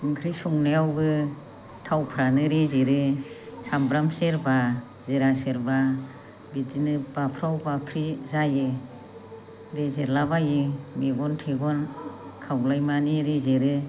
ओंख्रि संनायावबो थावफ्रानो रेजेरो सामब्राम सेरबा जिरा सेरबा बिदिनो बाफ्राव बाफ्रि जायो रेजेरला बायो मेगन थेगन खावलाय मानि रेजेरो